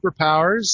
superpowers –